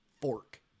Fork